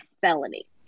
felony